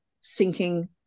sinking